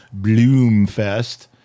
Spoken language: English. Bloomfest